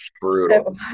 brutal